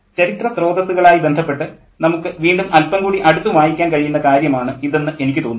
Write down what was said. ചരിത്ര സ്രോതസ്സുകളുമായി ബന്ധപ്പെട്ട് നമുക്ക് വീണ്ടും അൽപ്പം കൂടി അടുത്ത് വായിക്കാൻ കഴിയുന്ന കാര്യമാണ് ഇതെന്ന് എനിക്ക് തോന്നുന്നു